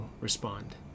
respond